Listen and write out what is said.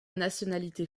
nationalité